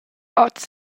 hoz